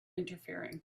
interfering